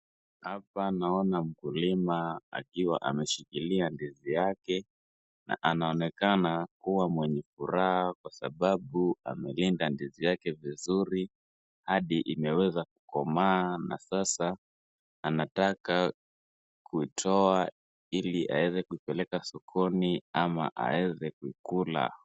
Hapa naona mkulima akiwa ameshikilia ndizi yake na anaonekana kuwa mwenye furaha kwa sababu amelinda ndizi yake vizuri hadi imeweza kukomaa na sasa anataka kutoa ili aweze kuipeleka sokoni ama aweze kukula